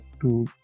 two